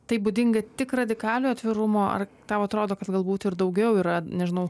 tai būdinga tik radikaliojo atvirumo ar tau atrodo kad galbūt ir daugiau yra nežinau